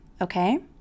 okay